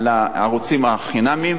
על הערוצים החינמיים,